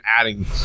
adding